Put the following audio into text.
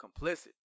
Complicit